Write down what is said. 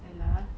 stella